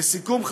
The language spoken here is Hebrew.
לסיכום,